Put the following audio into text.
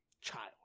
child